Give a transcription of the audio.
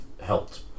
helped